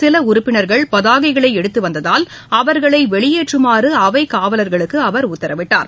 சில உறுப்பினா்கள் பதாகைகளை எடுத்து வந்ததால் அவா்களை வெளியேற்றமாறு அவைக் காவலர்களுக்கு அவர் உத்தரவிட்டார்